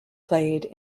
played